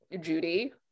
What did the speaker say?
judy